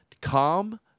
calm